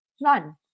None